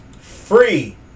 Free